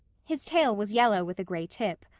his tail was yellow with a gray tip.